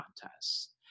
contests